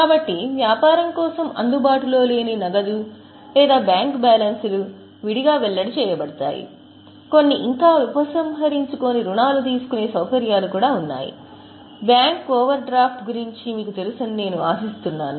కాబట్టి వ్యాపారం కోసం అందుబాటులో లేని నగదు లేదా బ్యాంక్ బ్యాలెన్స్లు విడిగా వెల్లడి చేయబడతాయి కొన్ని ఇంకా ఉపసంహరించుకోని రుణాలు తీసుకునే సౌకర్యాలు కూడా ఉన్నాయి బ్యాంక్ ఓవర్డ్రాఫ్ట్ గురించి మీకు తెలుసని నేను ఆశిస్తున్నాను